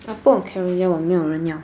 I put on Carousell 我没有人要